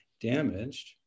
damaged